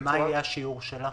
ומה יהיה השיעור שלה?